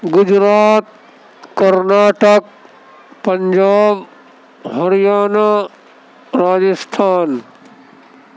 Gujarat Karnataka Punjab Haryana Rajasthan